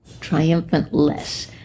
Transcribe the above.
Triumphant-less